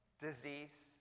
disease